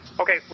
Okay